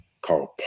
called